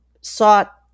sought